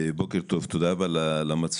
בוקר טוב ותודה רבה למציעים,